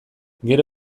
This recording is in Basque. gero